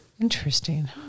Interesting